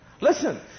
Listen